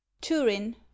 turin